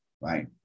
right